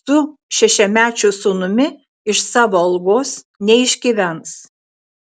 su šešiamečiu sūnumi iš savo algos neišgyvens